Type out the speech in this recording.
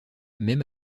même